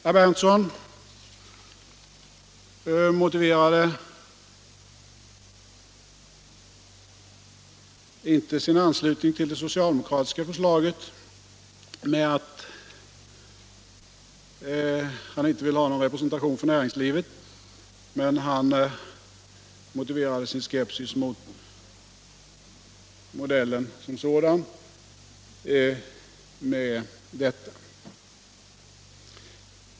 Nils Berndtson motiverade inte sin anslutning till det socialdemokratiska förslaget med att han inte vill ha någon representation för näringslivet, men han motiverade sin skepsis mot modellen som sådan med detta.